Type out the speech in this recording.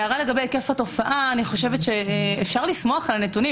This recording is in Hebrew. לגבי היקף התופעה אפשר לשמוח על הנתונים.